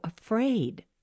afraid